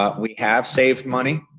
ah we have saved money.